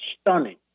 stunning